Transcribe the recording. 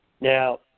now